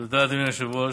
תודה, אדוני היושב-ראש.